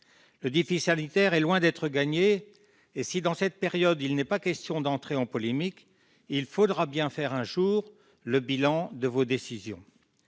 Le défi sanitaire est loin d'être gagné et si, dans cette période, il n'est pas question d'entrer en polémique, il faudra bien faire un jour le bilan de vos décisions.